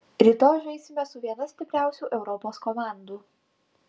rytoj žaisime su viena stipriausių europos komandų